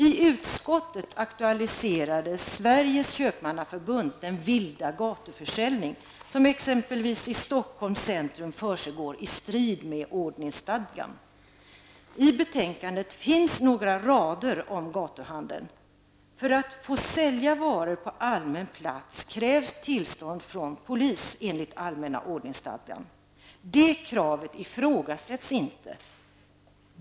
I utskottet aktualiserade Sveriges Köpmannaförbund den vilda gatuförsäljning som försiggår exempelvis i betänkandet finns några rader om gatuhandeln. För att få sälja varor på allmän plats krävs tillstånd från polis enligt allmänna ordningsstadgan. Det kravet ifrågasätts inte.